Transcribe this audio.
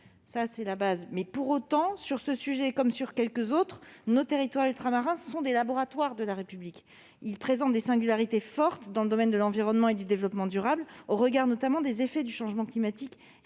C'est la base. Pour autant, sur ce sujet comme sur quelques autres, nos territoires ultramarins sont des laboratoires de la République : ils présentent des singularités fortes dans le domaine de l'environnement et du développement durable, au regard notamment des effets du changement climatique